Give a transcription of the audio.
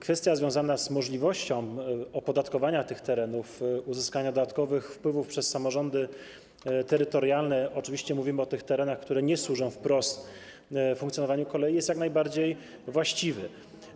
Kwestia związana z możliwością opodatkowania tych terenów, uzyskania dodatkowych wpływów przez samorządy terytorialne, oczywiście mówimy o tych terenach, które nie służą wprost funkcjonowaniu kolei, jest jak najbardziej właściwa.